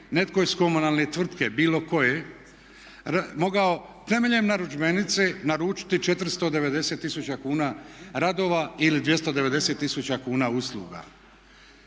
netko iz komunalne tvrtke, bilo koje mogao temeljem narudžbenice naručiti 490 tisuća kuna radova ili 290 tisuća kuna usluga.